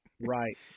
Right